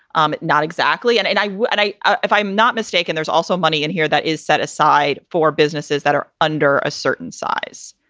um not exactly. and and i and i i if i'm not mistaken, there's also money in here that is set aside for businesses that are under a certain size.